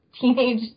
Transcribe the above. teenage